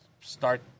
start